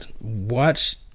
watch